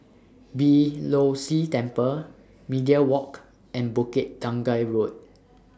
Beeh Low See Temple Media Walk and Bukit Tunggal Road